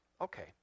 Okay